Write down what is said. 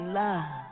love